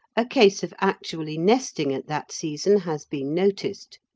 a case of actually nesting at that season has been noticed,